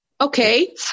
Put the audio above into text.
okay